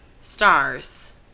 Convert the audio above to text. stars